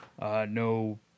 No